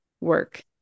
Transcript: work